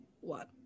one